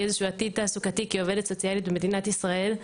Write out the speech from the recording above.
איזשהו עתיד תעסוקתי כעובדת סוציאלית במדינת ישראל.